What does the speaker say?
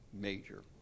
major